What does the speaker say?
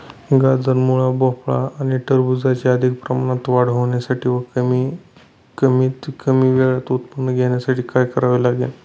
गाजर, मुळा, भोपळा आणि टरबूजाची अधिक प्रमाणात वाढ होण्यासाठी व कमीत कमी वेळेत उत्पादन घेण्यासाठी काय करावे लागेल?